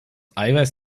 eiweiß